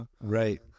Right